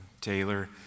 Taylor